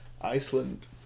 Iceland